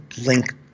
link